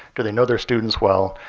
do they know their students well?